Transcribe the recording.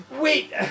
Wait